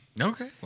Okay